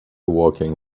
walking